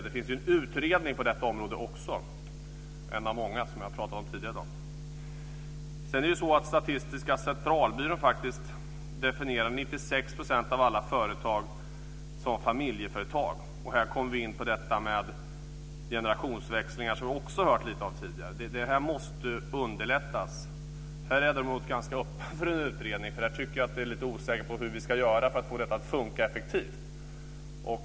Det finns ju en utredning på detta område också - en av många som vi har pratat om tidigare i dag. Statistiska centralbyrån definierar 96 % av alla företag som familjeföretag. Här kommer vi in på detta med generationsväxlingar, som vi också hört lite om tidigare. Det här måste underlättas. Här är jag däremot ganska öppen för en utredning, för här är jag lite osäkert på hur vi ska göra för att få detta att fungera effektivt.